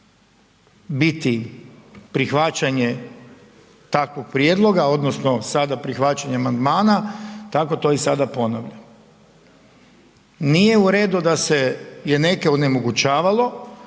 biti prihvaćanje takvog prijedloga odnosno sada prihvaćanje amandmana, tako to i sada ponavljam. Nije u redu da se je neke onemogućavalo,